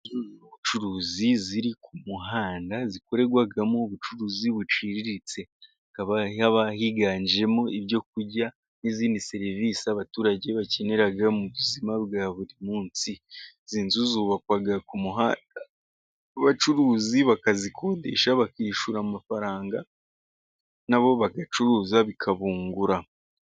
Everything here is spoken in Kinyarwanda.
Inzu z'ubucuruzi ziri ku muhanda zikorerwamo ubucuruzi buciriritse. Hakaba higanjemo ibyo kurya n'izindi serivisi abaturage bakenera mu buzima bwa buri munsi. Izi nzu zubakwa ku muhanda, abacuruzi bakazikodesha bakishyura amafaranga. Na bo bagacuruza bikabungura.